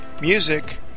Music